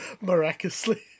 Miraculously